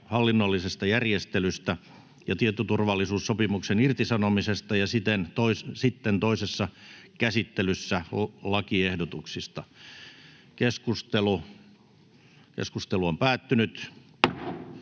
hallinnollisen järjestelyn ja tietoturvallisuussopimuksen irtisanomisesta ja sitten toisessa käsittelyssä lakiehdotuksista. [Speech 11]